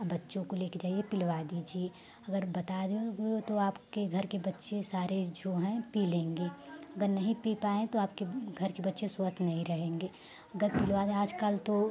और बच्चों को ले कर जाइए पिलवा दीजिए अगर बता दोगे तो आपके घर के बच्चे सारे जो हैं पी लेंगे अगर नहीं पी पाएँ तो आपके घर के बच्चे स्वस्थ नहीं रहेंगे अगर पिलवा दें आज कल तो